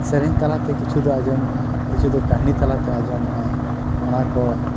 ᱥᱮᱨᱮᱧ ᱛᱟᱞᱟ ᱛᱮ ᱠᱤᱪᱷᱩ ᱫᱚ ᱟᱸᱡᱚᱢᱚᱜᱼᱟ ᱠᱤᱪᱷᱩ ᱫᱚ ᱠᱟᱹᱦᱱᱤ ᱛᱟᱞᱟᱛᱮ ᱟᱸᱡᱚᱢᱚᱜᱼᱟ ᱚᱱᱟ ᱠᱚ